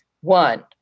One